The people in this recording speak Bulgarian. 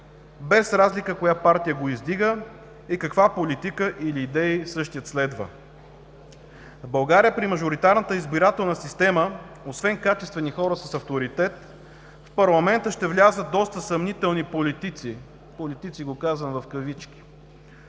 без разлика коя партия го издига и каква политика или идеи същият следва. В България при мажоритарната избирателна система освен качествени хора с авторитет, в парламента ще влязат доста съмнителни „политици“, добрали се до депутатското